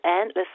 endless